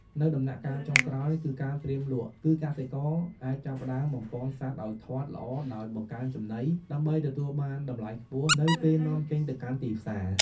នៅដំណាក់កាលចុងក្រោយគឺការត្រៀមលក់ គឺកសិករអាចចាប់ផ្តើមបំប៉នសត្វឲ្យធាត់ល្អដោយបង្កើនចំណី ដើម្បីទទួលបានតម្លៃខ្ពស់នៅពេលនាំចេញទៅកាន់ទីផ្សារ។